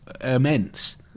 immense